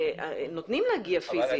נותנים להגיע פיזית.